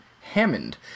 Hammond